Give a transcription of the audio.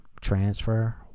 Transfer